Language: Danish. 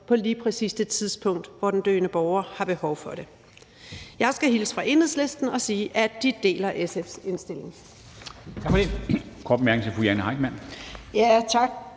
på lige præcis det tidspunkt, hvor den døende borger har behov for det. Jeg skal hilse fra Enhedslisten og sige, at de deler SF's indstilling.